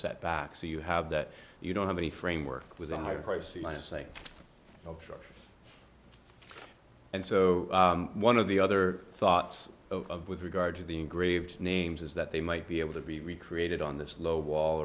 set back so you have that you don't have any framework with a higher price and i say and so one of the other thoughts of with regard to the engraved names is that they might be able to be recreated on this low wall